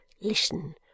listen